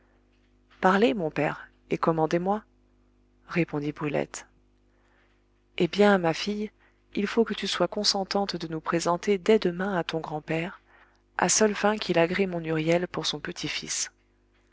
parlez mon père et commandez moi répondit brulette eh bien ma fille il faut que tu sois consentante de nous présenter dès demain à ton grand-père à seules fins qu'il agrée mon huriel pour son petit-fils